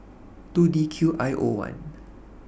two D Q I O one